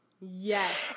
Yes